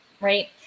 right